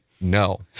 No